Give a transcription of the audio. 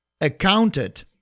accounted